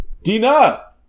Dina